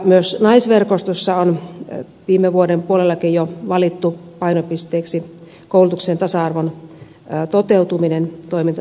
myös naisverkostossa on viime vuoden puolellakin jo valittu painopisteeksi koulutuksen tasa arvon toteutuminen toimintasuunnitelmassa